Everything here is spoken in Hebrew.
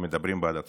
מדברים בעד עצמם.